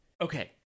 Okay